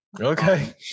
Okay